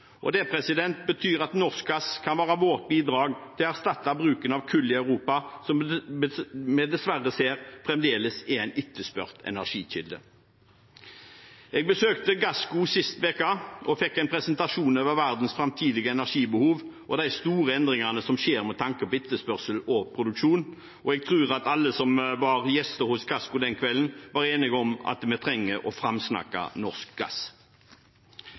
betyr at norsk gass kan være vårt bidrag til å erstatte bruken av kull i Europa, som vi dessverre ser fremdeles er en etterspurt energikilde. Jeg besøkte Gassco sist uke og fikk en presentasjon av verdens framtidige energibehov og de store endringene som skjer med tanke på etterspørsel og produksjon, og jeg tror at alle som var gjester hos Gassco den kvelden, var enige om at vi trenger å framsnakke norsk gass.